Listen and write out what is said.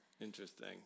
Interesting